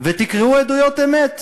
ותקראו עדויות אמת.